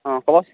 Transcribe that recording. অ ক'ব